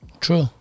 True